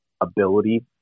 ability